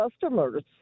customers